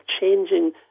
changing